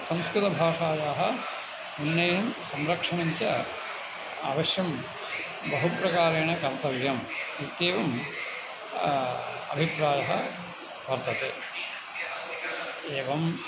संस्कृतभाषायाः उन्नयनं संरक्षणं च अवश्यं बहुप्रकारेण कर्तव्यम् इत्येवम् अभिप्रायः वर्तते एवं